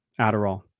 Adderall